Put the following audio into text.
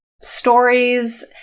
stories